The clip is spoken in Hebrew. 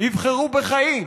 יבחרו בחיים.